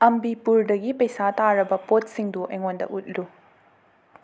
ꯑꯝꯕꯤꯄꯨꯔꯗꯒꯤ ꯄꯩꯁꯥ ꯇꯥꯔꯕ ꯄꯣꯠꯁꯤꯡꯗꯨ ꯑꯩꯉꯣꯟꯗ ꯎꯠꯂꯨ